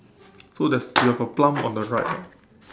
so there's you have a plum on the right ah